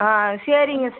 ஆ சரிங்க